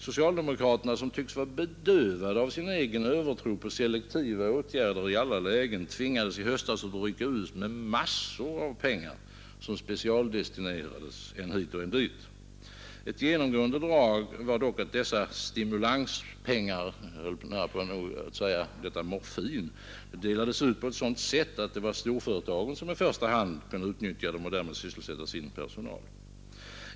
Socialdemokraterna som tycks vara bedövade av sin egen övertro på selektiva åtgärder i alla lägen, tvingades i höstas rycka ut med massor av pengar som specialdestinerades än hit, än dit. Ett genomgående drag var dock att dessa stimulanspengar — jag höll på att säga detta morfin — delades ut på ett sådant sätt att det var storföretagen som i första hand kunde utnyttja dem och därmed sysselsätta sin personal.